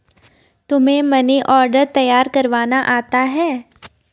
तुम्हें money order तैयार करवाना आता है?